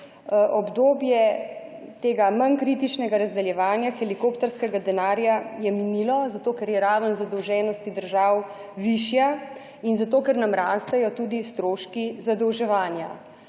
obdobje tega manj kritičnega razdeljevanja helikopterskega denarja je minilo, zato, ker je raven zadolženosti držav višja in zato, ker nam rastejo tudi stroški zadolževanja,